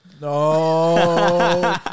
No